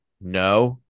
no